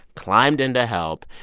climbed in to help.